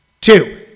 Two